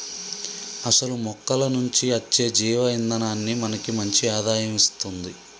అసలు మొక్కల నుంచి అచ్చే జీవ ఇందనాన్ని మనకి మంచి ఆదాయం ఇస్తుంది